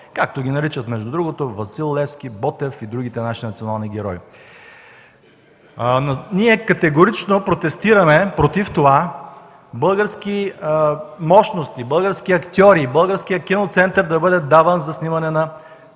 както ги наричат между другото Васил Левски, Ботев и другите наши национални герои. Ние категорично протестираме против това български мощности, български актьори, българският Киноцентър да бъде даван за снимане на